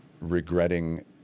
regretting